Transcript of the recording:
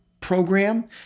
program